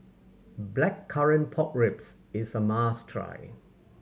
Blackcurrant Pork Ribs is a must try